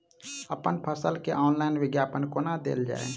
अप्पन फसल केँ ऑनलाइन विज्ञापन कोना देल जाए?